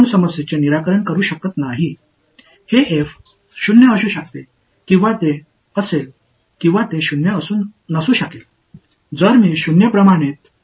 எனவே பொறியியல் இலக்கியத்தில் நீங்கள் காணக்கூடிய இரண்டு வகையான ஒருங்கிணைந்த சமன்பாடுகள் இவை